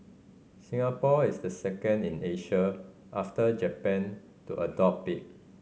Singapore is the second in Asia after Japan to adopt it